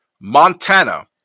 montana